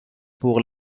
pour